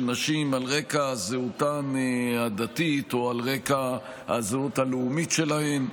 נשים על רקע זהותן הדתית או על רקע הזהות הלאומית שלהן,